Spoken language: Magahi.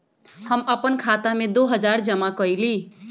हम अपन खाता में दो हजार जमा कइली